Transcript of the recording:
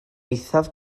eithaf